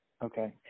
Okay